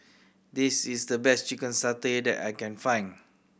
this is the best chicken satay that I can find